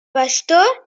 bastó